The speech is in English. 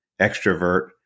extrovert